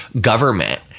government